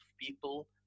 people